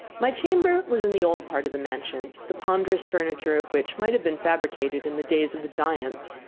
my chamber was in the old part of the mansion, the ponderous furniture of which might have been fabricated in the days of the giants.